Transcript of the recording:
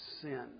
sin